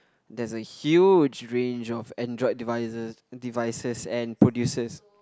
there's huge range of Android devices devices and producers